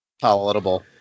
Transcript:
palatable